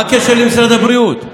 מה הקשר למשרד הבריאות?